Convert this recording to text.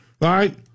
right